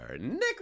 Nick